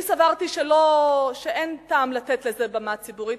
אני סברתי שאין טעם לתת לזה במה ציבורית,